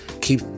keep